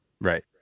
Right